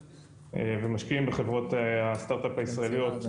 הישראליות מגיע בסופו של דבר לידיים של ממשלת ישראל.